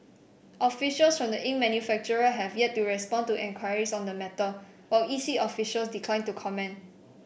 officials from the ink manufacturer have yet to respond to enquiries on the matter while E C officials declined to comment